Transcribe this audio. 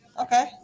okay